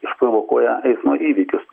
išprovokuoja eismo įvykius